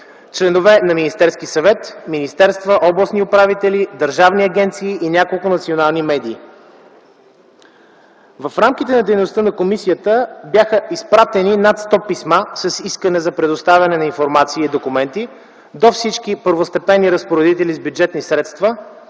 членове на Министерския съвет, министерства, областни управители, държавни агенции и няколко национални медии. В рамките на дейността на комисията бяха изпратени над 100 писма с искане за предоставяне на информация и документи до всички първостепенни разпоредители с бюджетни средства